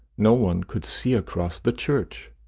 no one could see across the church,